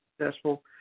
successful